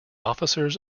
officers